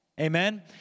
Amen